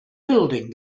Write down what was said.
building